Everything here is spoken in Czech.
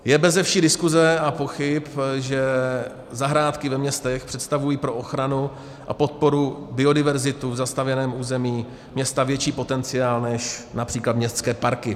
Je beze vší diskuze a pochyb, že zahrádky ve městech představují pro ochranu a podporu biodiverzity v zastavěném území města větší potenciál než například městské parky.